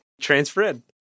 transferred